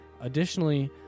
Additionally